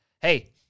Hey